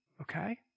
okay